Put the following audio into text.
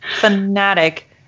fanatic